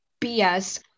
bs